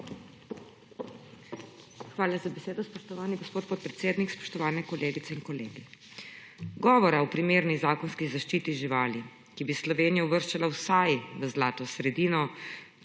Hvala za besedo, spoštovani gospod podpredsednik. Spoštovani kolegice in kolegi! Govora o primerni zakonski zaščiti živali, ki bi Slovenijo uvrščala vsaj v zlato sredino,